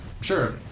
sure